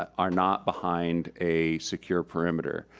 are not behind a secure perimeter.